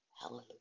Hallelujah